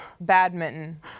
Badminton